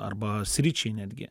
arba sričiai netgi